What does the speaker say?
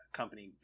company